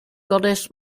goddess